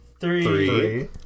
Three